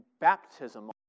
baptism